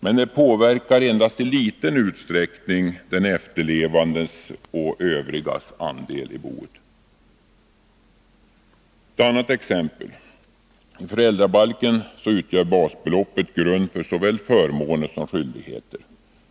Men detta påverkar endast i liten utsträckning den efterlevandes och övrigas andel i boet. Ett annat exempel: I föräldrabalken utgör basbeloppet grund för såväl förmåner som skyldigheter.